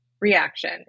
reaction